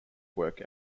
work